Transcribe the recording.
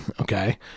Okay